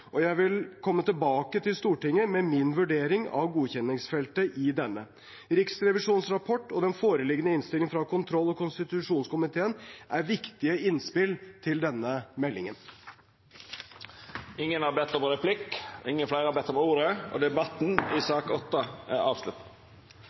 Jeg vil komme tilbake til Stortinget med min vurdering av godkjenningsfeltet i denne. Riksrevisjonens rapport og den foreliggende innstillingen fra kontroll- og konstitusjonskomiteen er viktige innspill til denne meldingen. Fleire har ikkje bedt om ordet til sak nr. 8. Etter ynske frå helse- og omsorgskomiteen vil presidenten ordna debatten